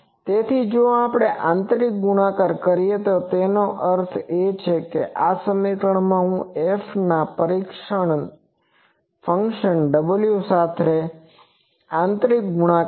તેથી જો આપણે આ આંતરિક ગુણાકાર કરીએ તેનો અર્થ એ છે કે આ સમીકરણ એ Fનો પરીક્ષણ ફંક્શન w સાથેનો આંતરિક ગુણાકાર છે